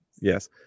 Yes